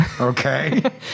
Okay